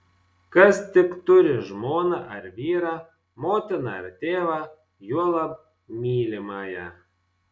kas tik turi žmoną ar vyrą motiną ar tėvą juolab mylimąją